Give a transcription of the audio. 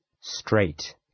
Straight